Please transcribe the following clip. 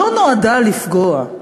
לא נועדה לפגוע.